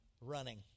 running